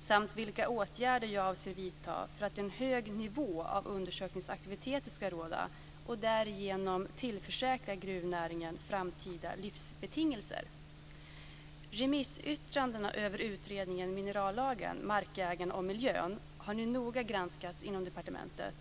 samt vilka åtgärder jag avser att vidta för att en hög nivå av undersökningsaktiviteter ska råda och därigenom tillförsäkra gruvnäringen framtida livsbetingelser. Remissyttrandena över utredningen Minerallagen, markägarna och miljön har nu noga granskats inom departementet.